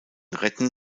retten